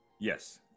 Yes